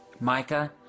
Micah